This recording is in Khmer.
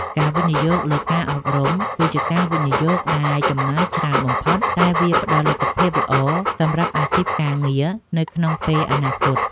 ការវិនិយោគលើការអប់រំ គឺជាការវិនិយោគដែលចំណាយច្រើនបំផុតតែវាផ្តល់លទ្ធផលល្អសម្រាប់អាជីពការងារនៅក្នុងពេលអនាគត។